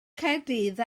caerdydd